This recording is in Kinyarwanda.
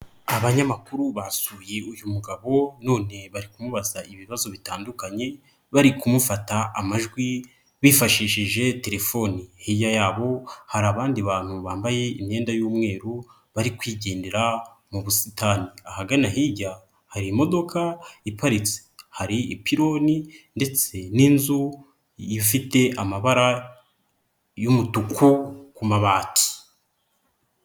Abanyamakuru basuye uyu mugabo none bari kumubaza ibibazo bitandukanye bari kumufata amajwi bifashishije telefoni, hirya yabo hari abandi bantu bambaye imyenda y'umweru bari kwigendera mu busitani, ahagana hirya hari imodoka iparitse, hari ipironi ndetse n'inzu ifite amabara y'umutuku ku mabati.